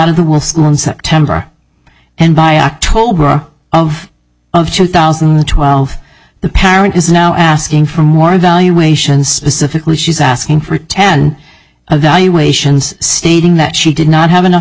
started the will school in september and by october of of chill thousand and twelve the parent is now asking for more evaluations specifically she's asking for ten evaluations stating that she did not have enough